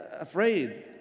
afraid